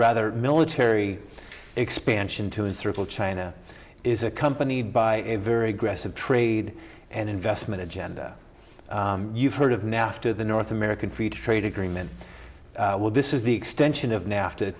rather military expansion to historical china is accompanied by a very aggressive trade and investment agenda you've heard of nafta the north american free trade agreement well this is the extension of nafta